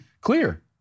clear